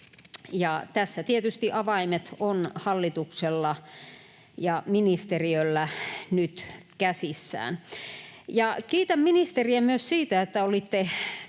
tässä tietysti avaimet ovat hallituksella ja ministeriöllä nyt käsissään. Kiitän ministeriä myös siitä, että olitte